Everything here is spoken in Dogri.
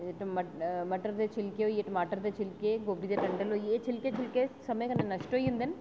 ते मट मटर दे शिलके होई गे टमाटर दे शिलके गोभी दे टंडल होई गे शिलके शुलके समें कन्नै नश्ट होई जंदे न